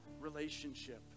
relationship